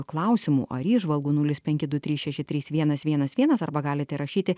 klausimų ar įžvalgų nulis penki du trys šeši trys vienas vienas vienas arba galite rašyti